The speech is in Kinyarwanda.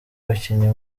bakinnyi